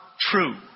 true